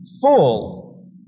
full